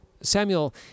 Samuel